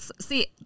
See